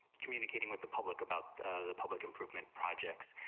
communicating with the public about the public improvement projects,